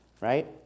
right